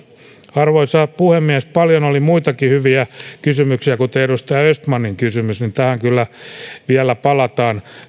arvoisa puhemies paljon oli muitakin hyviä kysymyksiä kuten edustaja östmanin kysymys tähän kyllä vielä palataan